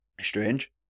Strange